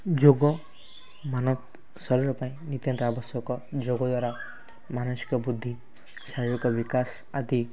ଯୋଗ ମାନବ ଶରୀର ପାଇଁ ନିତାନ୍ତ ଆବଶ୍ୟକ ଯୋଗ ଦ୍ୱାରା ମାନସିକ ବୁଦ୍ଧି ଶାରୀରିକ ବିକାଶ ଆଦି